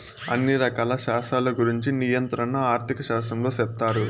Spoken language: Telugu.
అన్ని రకాల శాస్త్రాల గురుంచి నియంత్రణ ఆర్థిక శాస్త్రంలో సెప్తారు